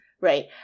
Right